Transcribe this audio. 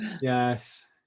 Yes